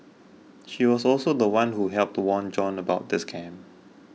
she was also the one who helped warn John about the scam